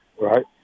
Right